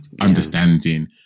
understanding